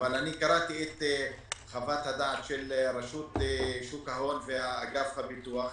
אבל קראתי את חוות הדעת של רשות שוק ההון ואגף הביטוח.